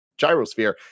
gyrosphere